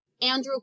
Andrew